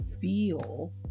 feel